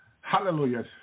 Hallelujah